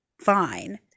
fine